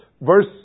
Verse